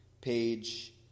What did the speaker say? page